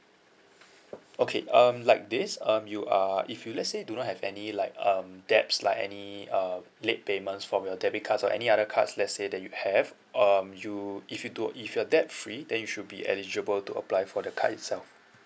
okay um like this um you are if you let's say do not have any like um debts like any uh late payments from your debit cards or any other cards let's say that you have um you if you do if you are debt free then you should be eligible to apply for the card itself